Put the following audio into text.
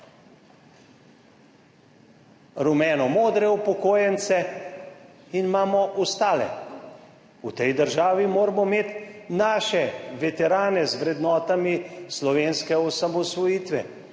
rumeno modre upokojence in imamo ostale. V tej državi, moramo imeti naše veterane z vrednotami slovenske osamosvojitve.